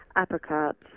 apricots